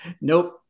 nope